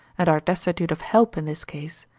and are destitute of help in this case,